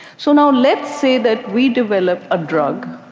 so now let's say that we develop a drug,